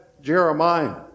Jeremiah